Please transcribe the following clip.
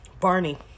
Barney